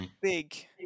big